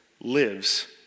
lives